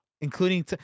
including